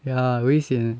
ya ah 危险 leh